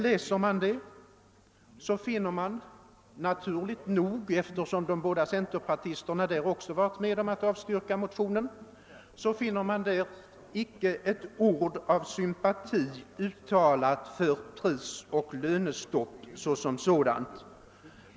Läser man det finner man emellertid — naturligt nog, eftersom de båda centerpartiledamöterna också kunnat vara med om att avstyrka motionen — icke ett ord av sympati uttalat för prisoch lönestopp som sådant.